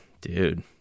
dude